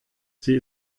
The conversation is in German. sie